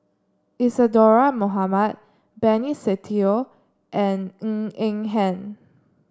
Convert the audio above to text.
Isadhora Mohamed Benny Se Teo and Ng Eng Hen